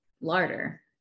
larder